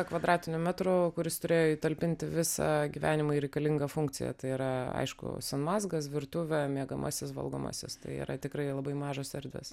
kvadratinių metrų kur jis turėjo įtalpinti visą gyvenimą ir reikalingą funkciją tai yra aišku sanmazgas virtuvė miegamasis valgomasis tai yra tikrai labai mažos erdvės